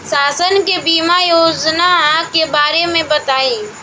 शासन के बीमा योजना के बारे में बताईं?